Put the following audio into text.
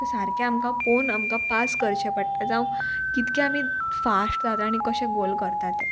so सारकें आमकां पोवन आमकां पास करचें पडटा जावं कितकें आमी फास्ट जाता आनी कशें गोल करता तें